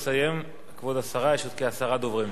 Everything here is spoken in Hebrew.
כבוד השרה, יש כעשרה דוברים,